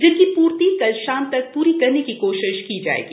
जिनकी पूर्ति कल शाम तक पूरी करने की कोशिश की जाएगी